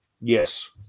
Yes